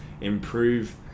improve